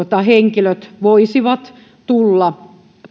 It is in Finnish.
henkilöt voisivat tulla